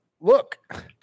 look